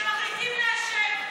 שמחליטים לעשן,